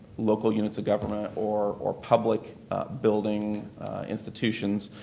local units of government or or public building institutions,